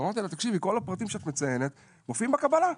אמרתי לה: כל הפרטים שאת מציינת מופיעים בקבלה,